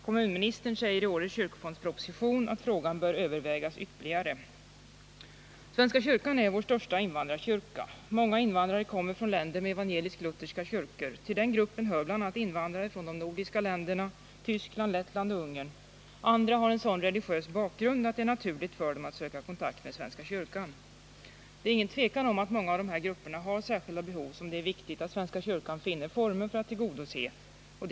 Kommunministern säger i årets kyrkofondsproposition att frågan bör övervägas ytterligare. Svenska kyrkan är vår största invandrarkyrka. Många invandrare kommer från länder med evangelisk-lutherska kyrkor. Till den gruppen hör bl.a. invandrare från de nordiska länderna, Tyskland, Lettland och Ungern. Andra har en sådan religiös bakgrund att det är naturligt för dem att söka kontakt med svenska kyrkan. Det råder inget tvivel om att många av dessa grupper har särskilda behov, och det är viktigt att svenska kyrkan finner former för att tillgodose dem.